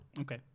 okay